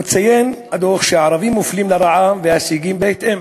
הדוח מציין שהערבים מופלים לרעה, וההישגים בהתאם.